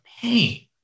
pain